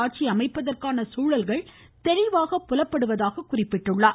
ஆட்சி அமைப்பதற்கான சூழல்கள் தெளிவாக புலப்படுவதாகக் குறிப்பிட்டார்